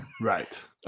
Right